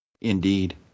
Indeed